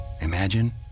imagine